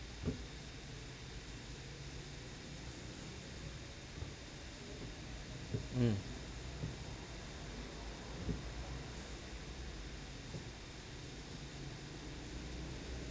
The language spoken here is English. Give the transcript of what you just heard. mm